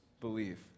believe